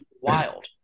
wild